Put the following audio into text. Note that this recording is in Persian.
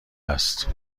است